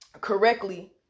correctly